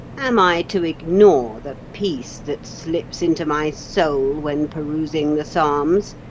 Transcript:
am i to ignore the peace that slips into my soul when perusing the psalms,